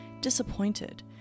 disappointed